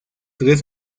tres